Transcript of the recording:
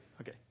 Okay